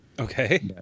Okay